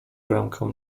rękę